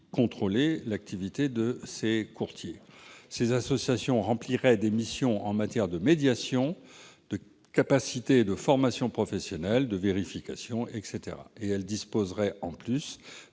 l'activité de ces courtiers. Ces associations rempliraient des missions en matière de médiation, de capacité et formation professionnelles, de vérification, etc. De plus, elles disposeraient d'un pouvoir